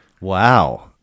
wow